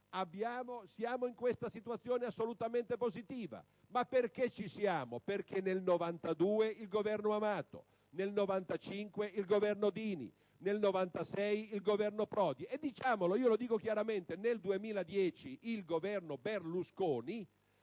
è vero. Siamo in questa situazione assolutamente positiva. Ma perché ci siamo? Perché nel 1992 il Governo Amato, nel 1995 il Governo Dini, nel 1996 il Governo Prodi e - diciamolo chiaramente - nel 2010, il Governo Berlusconi